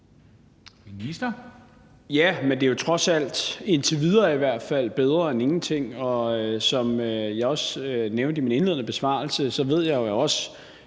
Ja, men det er jo trods alt, indtil videre i hvert fald, bedre end ingenting. Som jeg også nævnte i min indledende besvarelse, ved jeg jo også,